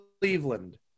Cleveland